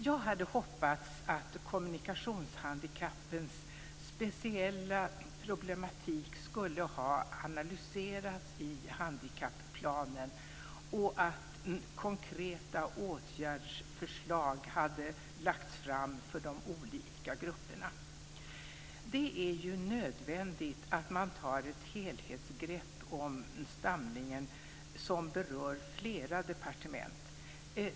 Jag hade hoppats att kommunikationshandikappens speciella problematik skulle ha analyserats i handikapplanen och att konkreta åtgärdsförslag hade lagts fram för de olika grupperna. Det är ju nödvändigt att man tar ett helhetsgrepp om stamningen, som berör flera departement.